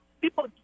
People